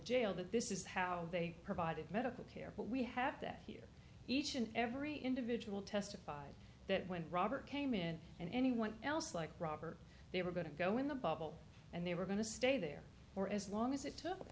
jail that this is how they provided medical care but we have that here each and every individual testified that when robert came in and anyone else like robert they were going to go in the bubble and they were going to stay there for as long as it took